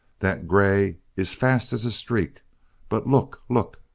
that grey is fast as a streak but look! look!